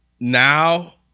Now